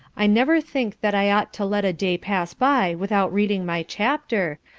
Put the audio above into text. i never think that i ought to let a day pass by without reading my chapter,